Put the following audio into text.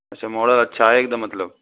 अच्छा मॉडल अच्छा है एकदम मतलब